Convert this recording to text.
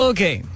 Okay